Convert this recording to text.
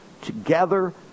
together